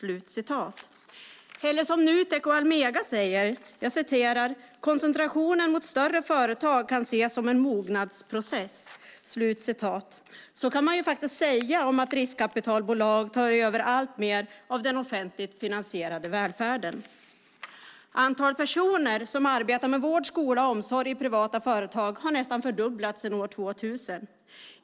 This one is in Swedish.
Och Nutek och Almega säger: "Koncentrationen mot större företag kan ses som ett uttryck för en mognadsprocess." Så kan man faktiskt säga om att riskkapitalbolag tar över alltmer av den offentligt finansierade välfärden. Antalet personer som arbetar i vård, skola och omsorg i privata företag har nästan fördubblats sedan år 2000.